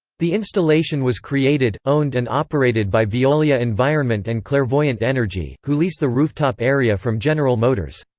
the installation was created, owned and operated by veolia environment and clairvoyant energy, who lease the rooftop area from general motors.